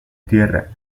tierra